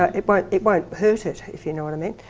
ah it but it won't hurt it, if you know what i mean.